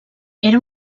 era